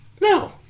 no